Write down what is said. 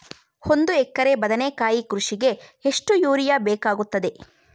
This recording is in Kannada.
ಒಂದು ಎಕರೆ ಬದನೆಕಾಯಿ ಕೃಷಿಗೆ ಎಷ್ಟು ಯೂರಿಯಾ ಬೇಕಾಗುತ್ತದೆ?